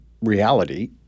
reality